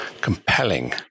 compelling